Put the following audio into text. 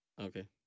Okay